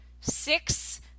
six